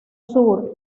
sur